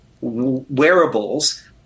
wearables